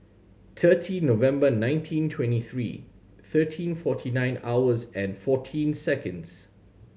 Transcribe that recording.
thirty November nineteen twenty three thirteen forty nine hours and fourteen seconds